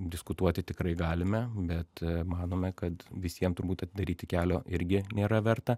diskutuoti tikrai galime bet manome kad visiem turbūt atidaryti kelio irgi nėra verta